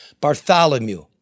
Bartholomew